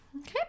Okay